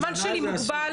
הזמן שלי מוגבל,